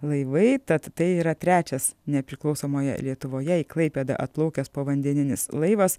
laivai tad tai yra trečias nepriklausomoje lietuvoje į klaipėdą atplaukęs povandeninis laivas